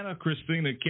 christina